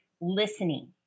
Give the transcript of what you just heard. listening